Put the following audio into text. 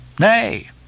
Nay